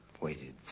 waited